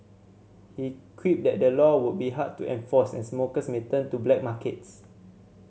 he quipped that the law would be hard to enforce and smokers may turn to black markets